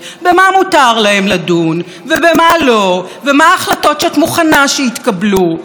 ומה ההחלטות שאת מוכנה שיתקבלו ומה לא תסבלי בשום פנים ואופן.